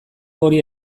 hori